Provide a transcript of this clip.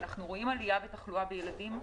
אנחנו רואים עלייה בתחלואה בילדים,